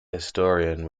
historian